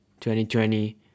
2020